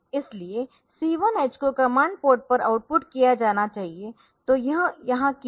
इसलिए C1h को command port पर आउटपुट किया जाना चाहिए तो यह यहाँ किया गया है